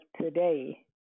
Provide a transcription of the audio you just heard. today